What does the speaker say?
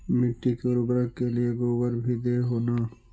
मिट्टी के उर्बरक के लिये गोबर भी दे हो न?